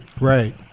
Right